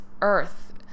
earth